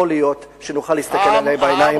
יכול להיות שנוכל להסתכל להם בעיניים,